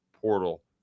portal